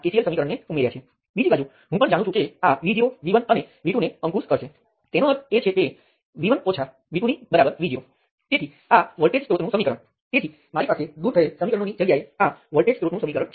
અલબત્ત તમે બીજી કોઈ રીતે સર્કિટ ઉકેલી શકો છો અને ત્યાં સહાયક ચલોને વ્યાખ્યાયિત કરીને પણ તેને નિયંત્રિત કરવાની પદ્ધતિસરની રીતો છે જેને સંશોધિત નોડલ વિશ્લેષણ તરીકે ઓળખવામાં આવે છે આપણે અહીં તેની સાથે કામ કરીશું નહીં